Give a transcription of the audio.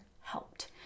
helped